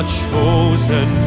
chosen